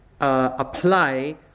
Apply